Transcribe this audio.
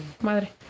madre